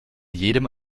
jedem